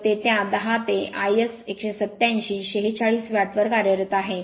तर ते त्या 10 ते iS187 46 वॅटवर कार्यरत आहे